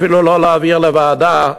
אפילו לא להעביר לוועדה,